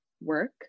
work